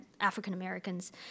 African-Americans